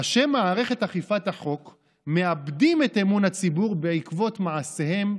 ראשי מערכת אכיפת החוק מאבדים את אמון הציבור בעקבות מעשיהם,